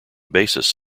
basis